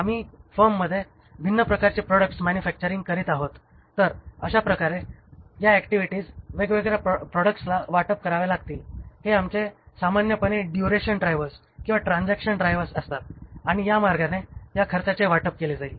आम्ही फर्ममध्ये भिन्न प्रकारचे प्रॉडक्ट्स मॅन्युफॅक्चरिंग करीत आहोत तर अशाप्रकारे या ऍक्टिव्हिटीज वेगवेगळ्या प्रॉडक्ट्सना वाटप कराव्या लागतील हे आमचे सामान्यपणे ड्युरेशन ड्रायव्हर्स किंवा ट्रान्झॅक्शन ड्रायव्हर्स असतात आणि या मार्गाने या खर्चाचे वाटप केले जाईल